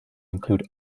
include